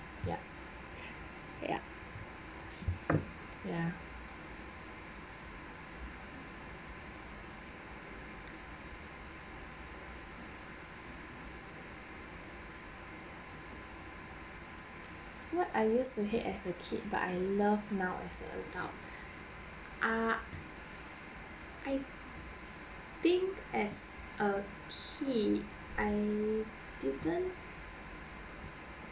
yup yup ya what I used to hate as a kid but I love now as an adult ah I think as a kid I didn't